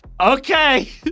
Okay